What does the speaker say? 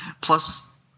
plus